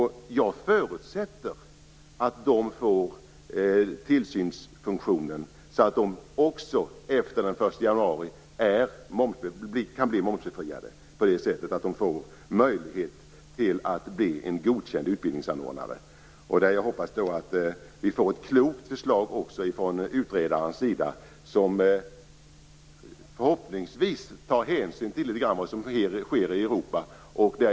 Jag förutsätter att de får tillsynsfunktion, så att de även efter den 1 januari kan bli momsbefriade och få möjlighet att bli godkänd utbildningsanordnare. Jag hoppas att vi får ett klokt förslag också från utredarens sida, som förhoppningsvis tar hänsyn till vad som sker i Europa.